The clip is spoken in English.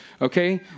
okay